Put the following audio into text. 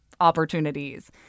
opportunities